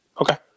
Okay